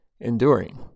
enduring